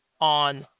on